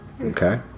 Okay